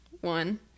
one